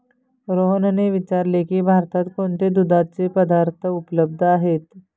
रोहनने विचारले की भारतात कोणते दुधाचे पदार्थ उपलब्ध आहेत?